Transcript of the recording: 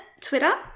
twitter